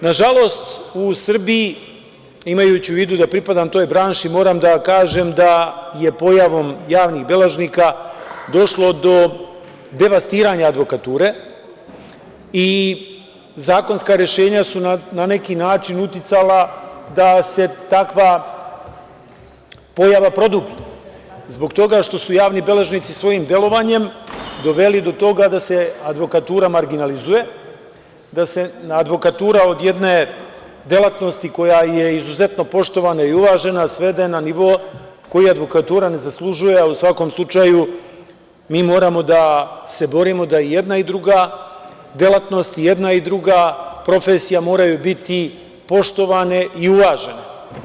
Nažalost, u Srbiji, imajući u vidu da pripadam toj branši, moram da kažem da je pojavom javnih beležnika došlo do devastiranja advokature i zakonska rešenja su na neki način uticala da se takva pojava produbi zbog toga što su javni beležnici svojim delovanjem doveli do toga da se advokatura marginalizuje, da se advokatura od jedne delatnosti koja je izuzetno poštovana i uvažena svede na nivo koji advokatura ne zaslužuje, a u svakom slučaju mi moramo da se borimo da i jedna i druga delatnost, da i jedna i druga profesija moraju biti poštovane i uvažene.